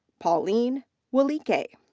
pauline welikhe.